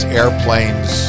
airplanes